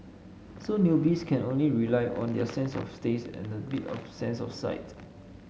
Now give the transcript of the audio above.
so newbies can only rely on their sense of taste and a bit of sense of sight